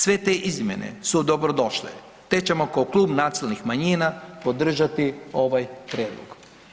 Sve te izmjene su dobrodošle te ćemo kao Klub nacionalnih manjina podržati ovaj prijedlog.